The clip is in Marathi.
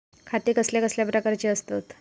खाते कसल्या कसल्या प्रकारची असतत?